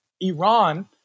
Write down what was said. Iran